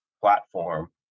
platform